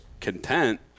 content